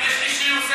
סליחה, אני יכולה לדבר?